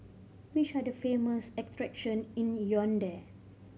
which are the famous attraction in Yaounde